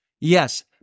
Yes